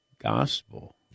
gospel